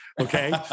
okay